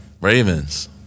Ravens